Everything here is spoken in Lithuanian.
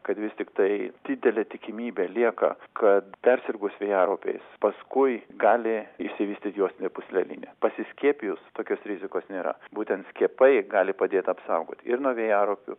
kad vis tiktai didelė tikimybė lieka kad persirgus vėjaraupiais paskui gali išsivystyti juostinė pūslelinė pasiskiepijus tokios rizikos nėra būtent skiepai gali padėt apsaugot ir nuo vėjaraupių